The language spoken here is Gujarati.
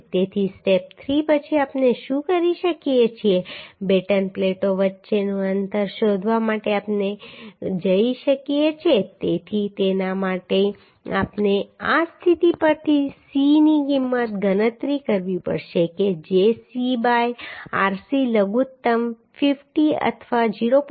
તેથી સ્ટેપ 3 પછી આપણે શું કરી શકીએ છીએ બેટન પ્લેટો વચ્ચેનું અંતર શોધવા માટે આપણે જઈ શકીએ છીએ તેથી તેના માટે આપણે આ સ્થિતિ પરથી C ની કિંમતની ગણતરી કરવી પડશે કે જે C બાય rc લઘુત્તમ 50 અથવા 0